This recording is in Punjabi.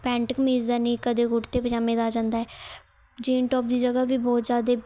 ਪੈਂਟ ਕਮੀਜ਼ ਆ ਨੀ ਕਦੇ ਕੁੜਤੇ ਪਜਾਮੇ ਦਾ ਆ ਜਾਂਦਾ ਹੈ ਜੀਨ ਟੋਪ ਦੀ ਜਗ੍ਹਾ ਵੀ ਬਹੁਤ ਜ਼ਿਆਦਾ